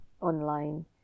online